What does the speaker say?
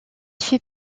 fait